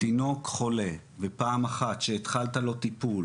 התינוק חולה ופעם אחת שהתחלת לו טיפול.